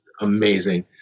amazing